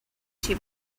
she